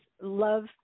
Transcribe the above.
love